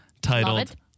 Titled